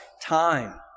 Time